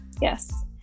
yes